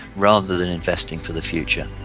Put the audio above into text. rather than investing for the future.